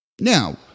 Now